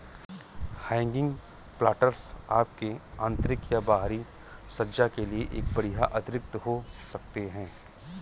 hanging planters आपके आंतरिक या बाहरी सज्जा के लिए एक बढ़िया अतिरिक्त हो सकते है